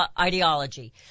ideology